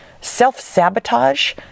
self-sabotage